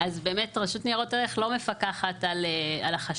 אז באמת רשות לניירות ערך לא מפקחת על החשבים,